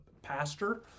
pastor